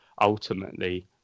ultimately